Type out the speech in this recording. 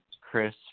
Chris